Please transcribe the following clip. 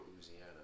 Louisiana